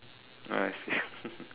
oh I see